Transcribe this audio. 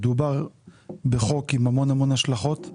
מדובר בחוק עם המון השלכות,